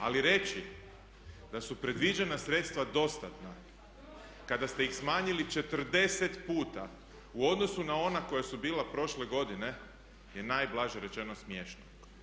Ali reći da su predviđena sredstva dostatna kada ste ih smanjili 40 puta u odnosu na ona koja su bila prošle godine je najblaže rečeno smiješno.